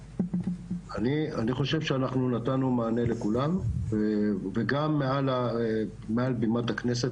אני חושב שאנחנו נתנו מענה לכולם וגם מעל בימת הכנסת,